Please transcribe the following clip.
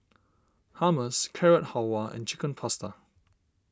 Hummus Carrot Halwa and Chicken Pasta